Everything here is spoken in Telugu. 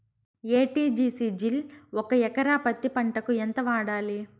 ఎ.టి.జి.సి జిల్ ఒక ఎకరా పత్తి పంటకు ఎంత వాడాలి?